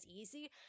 easy